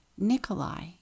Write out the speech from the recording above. Nikolai